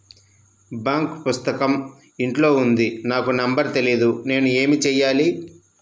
Bank పుస్తకం ఇంట్లో ఉంది నాకు నంబర్ తెలియదు నేను ఏమి చెయ్యాలి?